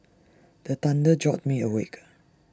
the thunder jolt me awake